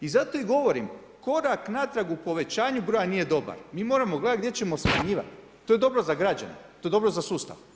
I zato i govorim, korak natrag u povećanju broja nije dobar, mi moramo gledati gdje ćemo smanjivati, to je dobro za građane, to je dobro za sustav.